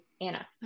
Anna